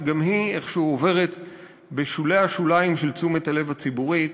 שגם היא איכשהו עוברת בשולי השוליים של תשומת הלב הציבורית,